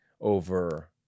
over